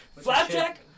Flapjack